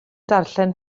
darllen